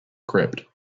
crypt